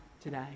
today